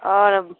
और